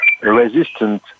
resistant